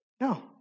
No